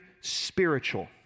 spiritual